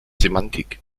semantik